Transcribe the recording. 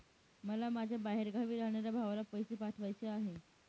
मला माझ्या बाहेरगावी राहणाऱ्या भावाला पैसे पाठवायचे आहे